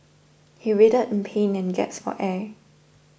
he writhed in pain and gasped for air